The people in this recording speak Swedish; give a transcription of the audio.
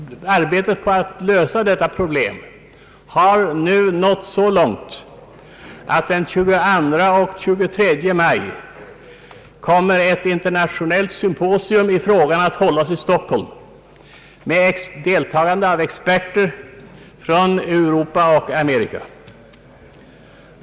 Arbetet på att lösa detta problem har nu nått så långt, att ett internationellt symposium kommer att hållas i frågan den 22 och den 23 maj i Stockholm med deltagande av experter från Europa och Amerika.